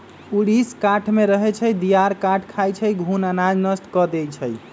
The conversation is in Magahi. ऊरीस काठमे रहै छइ, दियार काठ खाई छइ, घुन अनाज नष्ट कऽ देइ छइ